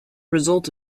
result